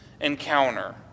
encounter